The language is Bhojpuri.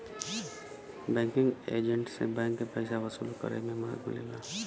बैंकिंग एजेंट से बैंक के पइसा वसूली करे में मदद मिलेला